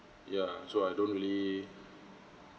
ya so I don't really